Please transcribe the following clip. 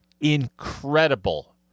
incredible